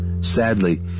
Sadly